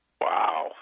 Wow